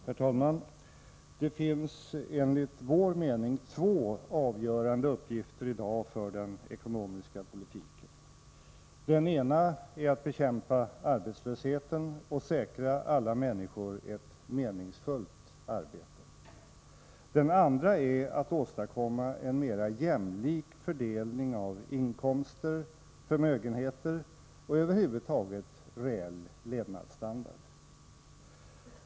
Herr talman! Det finns enligt vår mening två avgörande uppgifter i dag för den ekonomiska politiken. Den ena är att bekämpa arbetslösheten och säkra alla människor ett meningsfullt arbete. Den andra är att åstadkomma en mera jämlik fördelning av inkomster, förmögenheter och över huvud taget reell levnadsstandard.